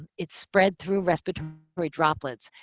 it's spread through respiratory droplets.